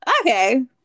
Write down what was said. okay